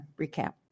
recap